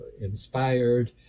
inspired